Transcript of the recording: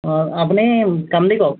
অঁ আপুনি কওক